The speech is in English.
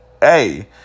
Hey